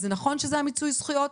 אז נכון שזה מיצוי הזכויות,